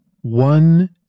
one